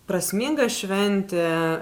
prasminga šventė